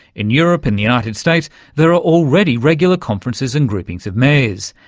in europe and the united states there are already regular conferences and groupings of mayors.